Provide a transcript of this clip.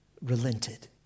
relented